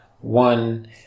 one